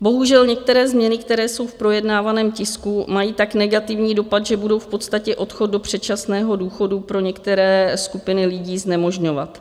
Bohužel některé změny, které jsou v projednávaném tisku, mají tak negativní dopad, že budou v podstatě odchod do předčasného důchodu pro některé skupiny lidí znemožňovat.